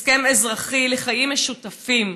הסכם אזרחי לחיים משותפים.